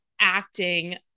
acting